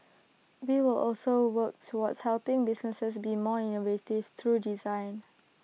we will also work towards helping businesses be more innovative through design